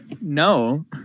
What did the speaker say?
No